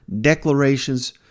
declarations